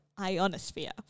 ionosphere